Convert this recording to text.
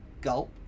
Gulp